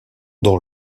dans